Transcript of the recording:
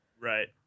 Right